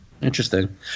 Interesting